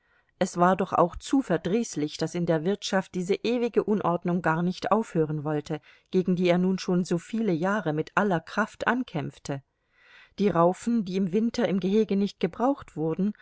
es war doch auch zu verdrießlich daß in der wirtschaft diese ewige unordnung gar nicht aufhören wollte gegen die er nun schon so viele jahre mit aller kraft ankämpfte die raufen die im winter im gehege nicht gebraucht wurden